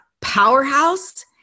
powerhouse